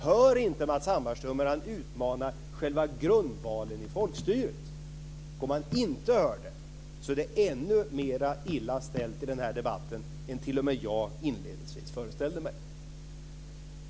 Hör inte Matz Hammarström hur han utmanar själva grundvalen i folkstyret? Om han inte hör det är det ännu mera illa ställt i den här debatten än t.o.m. jag inledningsvis föreställde mig.